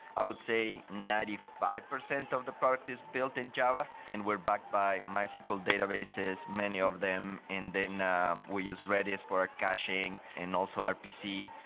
i would say ninety five percent of the product is built in java, and we're backed by mysql databases, many of them. then um we use redis for our caching and also rpc.